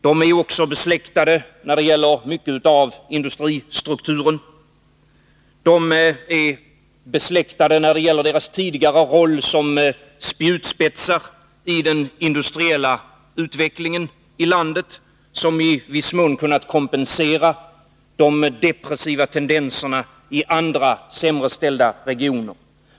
De är också besläktade när det gäller mycket av industristrukturen. De är besläktade när det gäller deras tidigare roll som spjutspetsar i den industriella utvecklingen i landet som i viss mån kunnat kompensera de depressiva tendenserna i andra sämre ställda regioner.